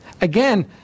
again